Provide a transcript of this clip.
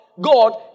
God